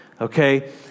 okay